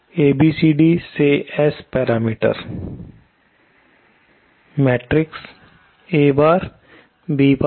ABABCD से S parameter